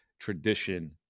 tradition